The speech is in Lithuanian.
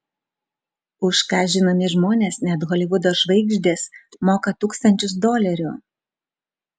už ką žinomi žmonės net holivudo žvaigždės moka tūkstančius dolerių